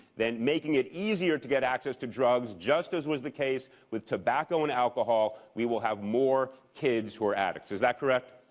then making it easier to get access to drugs, just as was the case with tobacco and alcohol, we will have more kids who are addicts. is that correct?